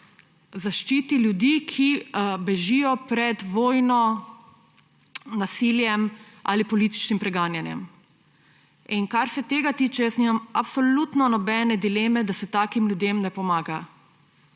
zaščiti ljudi, ki bežijo pred vojno, nasiljem ali političnim preganjanjem. In kar se tega tiče, jaz nimam absolutno nobene dileme, da se takim ljudem ne pomaga.